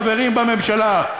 חברים בממשלה.